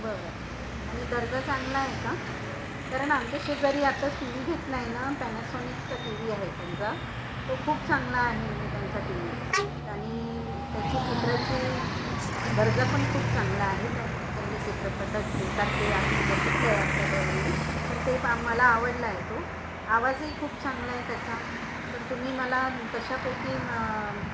बरं आणि दर्जा चांगला आहे का कारण आमच्या शेजारी आताच टी वी घेतला आहे ना पॅनासॉनिकचा टी व्ही आहे त्यांचा तो खूप चांगला आहे म्हणजे त्यांचा टी व्ही आणि त्याची चित्राची दर्जा पण खूप चांगला आहे त्या त्यांच्या चित्रपटात येतात ते आम्ही बघितलं आहे आपल्या डोळ्यांनी तर ते प मला आवडला आहे तो आवाजही खूप चांगला आहे त्याचा तर तुम्ही मला तशापैकी म